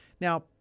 Now